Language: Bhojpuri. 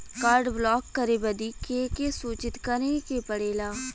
कार्ड ब्लॉक करे बदी के के सूचित करें के पड़ेला?